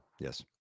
Yes